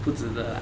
不值得 lah